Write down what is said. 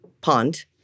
pond